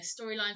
storylines